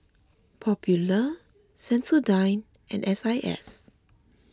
Popular Sensodyne and S I S